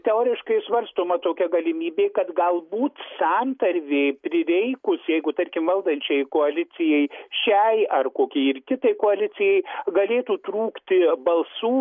teoriškai svarstoma tokia galimybė kad galbūt santarvei prireikus jeigu tarkim valdančiajai koalicijai šiai ar kokiai ir kitai koalicijai galėtų trūkti balsų